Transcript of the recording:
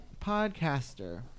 podcaster